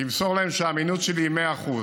תמסור להם שהאמינות שלי היא מאה אחוז.